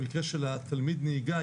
במקרה של תלמיד הנהיגה,